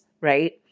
right